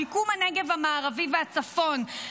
שיקום הנגב המערבי והצפון,